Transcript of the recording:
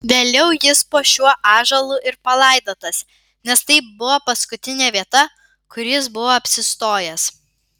vėliau jis po šiuo ąžuolų ir palaidotas nes tai buvo paskutinė vieta kur jis buvo apsistojęs